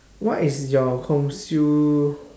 what is your consume